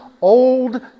Old